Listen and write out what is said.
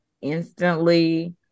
instantly